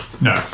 No